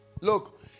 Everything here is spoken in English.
Look